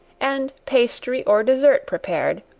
and pastry or dessert prepared,